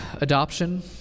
adoption